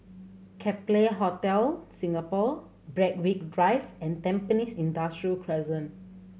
Capella Hotel Singapore Berwick Drive and Tampines Industrial Crescent